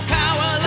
power